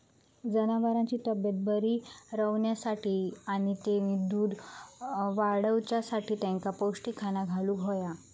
जनावरांची तब्येत बरी रवाच्यासाठी आणि तेनी दूध वाडवच्यासाठी तेंका पौष्टिक खाणा घालुक होया